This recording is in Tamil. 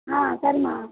ஆ சரிம்மா